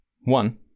One